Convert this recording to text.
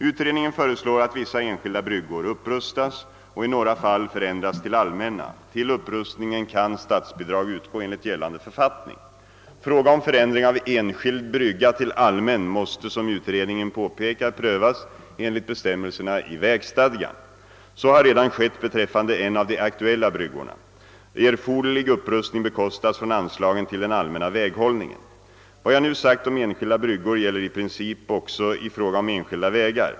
Utredningen föreslår att vissa enskilda bryggor upprustas och i några fall förändras till allmänna. Till upprustningen kan statsbidrag utgå enligt gällande författning. Fråga om förändring av enskild brygga till allmän måste, som utredningen påpekar, prövas enligt bestämmelserna i vägstadgan. Så har redan skett beträffande en av de aktuella bryggorna. Erforderlig upprustning bekostas från anslagen till den allmänna väghållningen. Vad jag nu sagt om enskilda bryggor gäller i princip också i fråga om enskilda vägar.